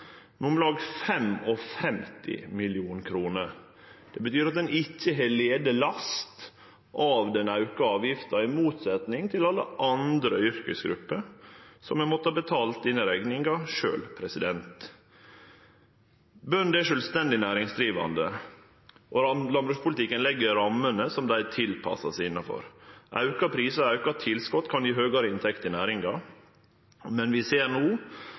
Det betyr at ein ikkje har lide last av den auka avgifta, i motsetning til alle andre yrkesgrupper som har måtta betale denne rekninga sjølve. Bøndene er sjølvstendig næringsdrivande, og landbrukspolitikken legg rammene som dei tilpassar seg innanfor. Auka prisar og auka tilskot kan gje høgare inntekter i næringa, men vi ser no